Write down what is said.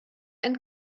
ein